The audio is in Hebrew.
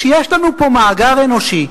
כשיש לנו פה מאגר אנושי,